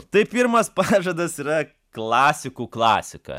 tai pirmas pažadas yra klasikų klasika